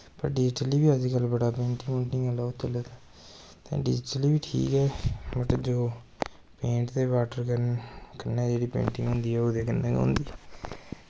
digitally बी अज्ज कल बड़ा पेंटिंग पूंटिंग आह्ला चले दा डिजटली बी ठीक ऐ बट जो पेंट ते बाट्टर कन्नै होंदी ऐ ओह् ओह्दे कन्नै गै होंदी ऐ